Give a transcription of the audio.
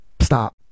Stop